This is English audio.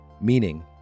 Meaning